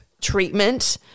treatment